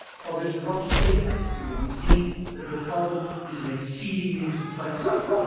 from this rough statement it will be seen that the problem is an exceedingly complex one,